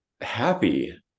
Happy